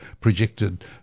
projected